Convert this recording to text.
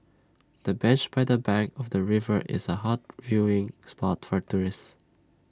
the bench by the bank of the river is A hot viewing spot for tourists